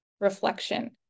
reflection